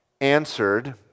answered